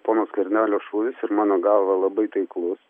pono skvernelio šūvis ir mano galva labai taiklus